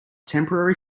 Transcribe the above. temporary